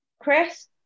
Chris